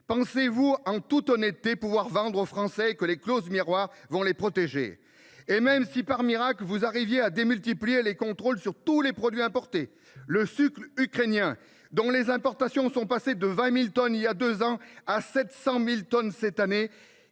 Pensez vous, en toute honnêteté, pouvoir vendre aux Français que les clauses miroirs vont les protéger ? Non ! Et même si, par miracle, vous arriviez à démultiplier les contrôles sur tous les produits importés, le sucre ukrainien, dont les importations sont passées de 20 000 tonnes il y a deux ans à 700 000 tonnes cette année